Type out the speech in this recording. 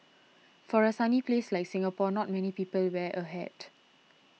for a sunny place like Singapore not many people wear a hat